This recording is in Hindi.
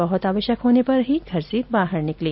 बहुत आवश्यक होने पर टी घर से बाहर निकलें